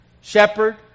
shepherd